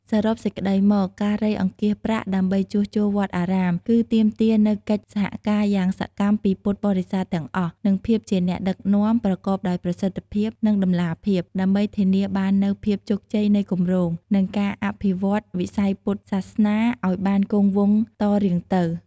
សរុបសេចក្តីមក ការរៃអង្គាសប្រាក់ដើម្បីជួសជុលវត្តអារាម គឺទាមទារនូវ កិច្ចសហការយ៉ាងសកម្មពីពុទ្ធបរិស័ទទាំងអស់ និង ភាពជាអ្នកដឹកនាំប្រកបដោយប្រសិទ្ធភាព និងតម្លាភាព ដើម្បីធានាបាននូវភាពជោគជ័យនៃគម្រោង និងការអភិវឌ្ឍន៍វិស័យពុទ្ធសាសនាឱ្យបានគង់វង្សតរៀងទៅ។